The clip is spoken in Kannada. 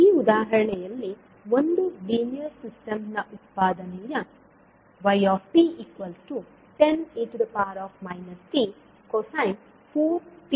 ಈ ಉದಾಹರಣೆಯಲ್ಲಿ ಒಂದು ಲೀನಿಯರ್ ಸಿಸ್ಟಮ್ ನ ಉತ್ಪಾದನೆಯು yt 10e t cos⁡4tu ಆಗಿದೆ